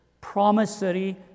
promissory